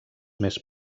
més